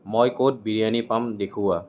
মই ক'ত বিৰিয়ানী পাম দেখুওৱা